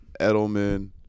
Edelman